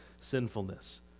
sinfulness